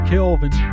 Kelvin